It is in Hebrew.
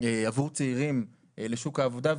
עבור צעירים, לשוק העבודה.